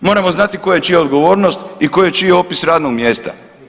Moramo znati koja je čija odgovornost i koje je čije opis radnog mjesta.